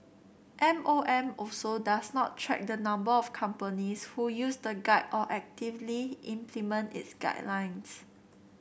M O M also does not track the number of companies who use the guide or actively implement its guidelines